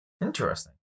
Interesting